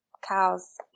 cows